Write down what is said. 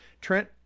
Trent